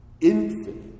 infinite